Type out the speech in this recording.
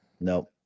Nope